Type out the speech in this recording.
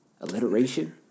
Alliteration